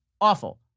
awful